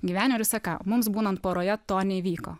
gyvenime ir visa ką mums būnant poroje to neįvyko